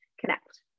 connect